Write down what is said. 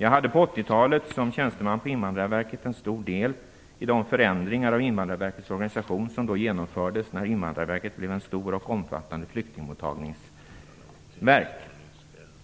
Jag hade på 80-talet som tjänsteman på Invandrarverket en stor del i de förändringar av Invandrarverkets organisation som genomfördes när Invandrarverket blev en stor och omfattande flyktingmottagning. Märk väl att